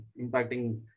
impacting